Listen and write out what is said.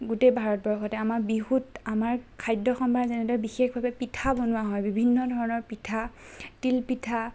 গোটেই ভাৰতবৰ্ষতে আমাৰ বিহুত আমাৰ খাদ্য সম্ভাৰ যেনেদৰে বিশেষভাৱে পিঠা বনোৱা হয় বিভিন্ন ধৰণৰ পিঠা তিল পিঠা